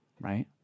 right